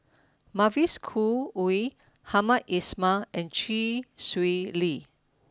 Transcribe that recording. Mavis Khoo Oei Hamed Ismail and Chee Swee Lee